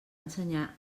ensenyar